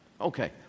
Okay